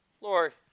Lord